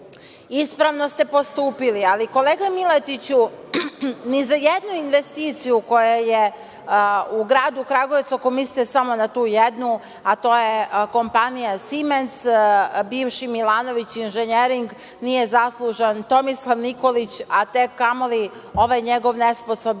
ispravno ste postupili, ali kolega Miletiću, ni za jednu investiciju koja je u gradu Kragujevcu, ako mislite samo na tu jednu, a to je kompanija "Simens", bivši "Milanović inženjering", nije zaslužan Tomislav Nikolić, a tek kamoli ovaj njegov nesposobni